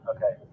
Okay